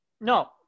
No